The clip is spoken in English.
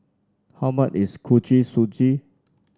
how much is Kuih Suji